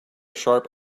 sharp